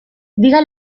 diga